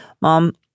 Mom